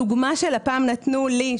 דוגמה שלפ"ם נתנו לי,